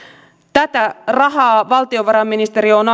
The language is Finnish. tätä rahaa valtiovarainministeriö on